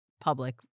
Public